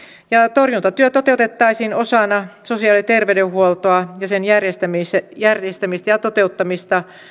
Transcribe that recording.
torjuntatyö toteutettaisiin osana sosiaali ja terveydenhuoltoa ja sen järjestämistä järjestämistä ja toteuttamista